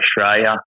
Australia